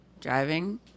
driving